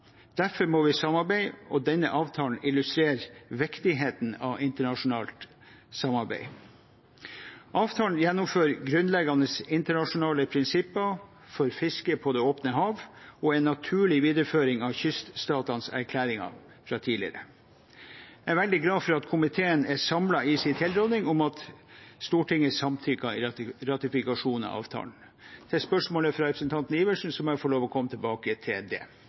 derfor må vi samarbeide, og denne avtalen illustrerer viktigheten av internasjonalt samarbeid. Avtalen gjennomfører grunnleggende internasjonale prinsipper for fiske på det åpne hav og er en naturlig videreføring av kyststatenes erklæringer fra tidligere. Jeg er veldig glad for at komiteen er samlet i sin tilråding om at Stortinget samtykker til ratifikasjon av avtalen. Spørsmålet fra representanten Sivertsen må jeg få lov til å komme tilbake til.